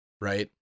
right